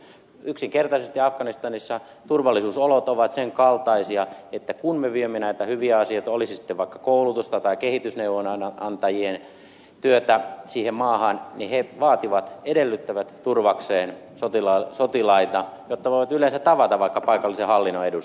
yksinkertaisesti afganistanissa turvallisuusolot ovat sen kaltaisia että kun me viemme näitä hyviä asioita oli se sitten vaikka koulutusta tai kehitysneuvonnan antajien työtä siihen maahan niin he vaativat edellyttävät turvakseen sotilaita jotta voivat yleensä tavata vaikka paikallisen hallinnon edustajia tai vastaavia